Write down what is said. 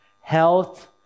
health